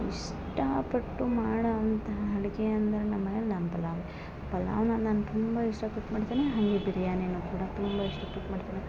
ಇಷ್ಟ ಪಟ್ಟು ಮಾಡೊವಂಥ ಅಡ್ಗೆ ಅಂದ್ರ ನಮ್ಮನೇಲಿ ನಾನು ಪಲಾವ್ ಪಲಾವ್ನ ನಾನು ತುಂಬ ಇಷ್ಟ ಪಟ್ಟು ಮಾಡ್ತೆನೆ ಹಾಗೆ ಬಿರ್ಯಾನಿನು ಕೂಡ ತುಂಬ ಇಷ್ಟ ಪಟ್ಟು ಮಾಡ್ತೇನೆ